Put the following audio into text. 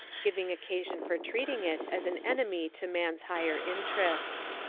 giving occasion for treating it as an enemy to man's higher interests.